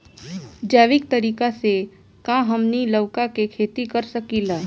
जैविक तरीका से का हमनी लउका के खेती कर सकीला?